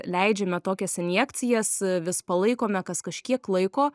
leidžiame tokias injekcijas vis palaikome kas kažkiek laiko